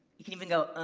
you can even go,